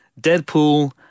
Deadpool